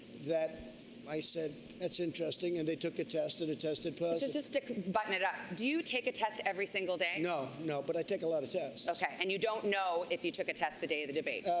that i said, that's interesting, and they took a test, and it tested positive. just to button it up, do you take a test every single day? no. no. but i take a lot of tests. yeah and you don't know if you took a test the day of the debate?